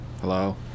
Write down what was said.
Hello